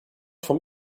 vom